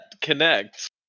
connect